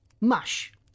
Mush